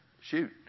Shoot